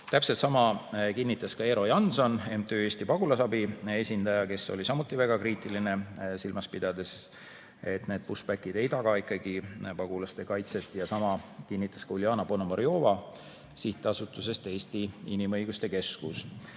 Täpselt sama kinnitas ka Eero Janson, MTÜ Eesti Pagulasabi esindaja, kes oli samuti väga kriitiline, silmas pidades, et needpushback'id ei taga ikkagi pagulaste kaitset. Sama kinnitas Uljana Ponomarjova SA‑st Eesti Inimõiguste Keskus.